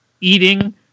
eating